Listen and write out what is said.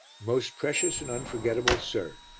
most precious and unforgettable sir!